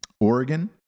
Oregon